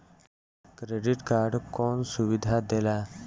Credit card कौन सुबिधा देला?